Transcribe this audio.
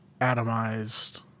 atomized